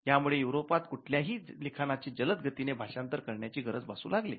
यामुळे युरॊपत कुठल्याही लिखाणाची जलद गतीने भाषांतर करण्याची गरज भासू लागली